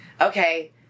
okay